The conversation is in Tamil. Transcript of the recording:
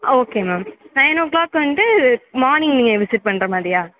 ஆ okay ma'am nine o'clock வந்து மார்னிங் நீங்கள் விசிட் பண்ணுற மாதிரியா